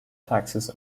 taxes